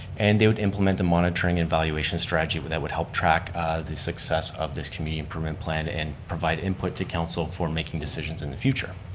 and they would implement the monitoring and valuation strategy that would help track the success of this community improvement plan and provide input to council for making decisions in the future.